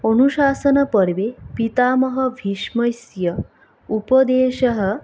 अनुशासनपर्वे पीतामहभीष्मस्य उपदेशः